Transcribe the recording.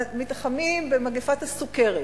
נלחמים במגפת הסוכרת,